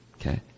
Okay